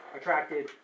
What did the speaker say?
attracted